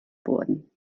wurden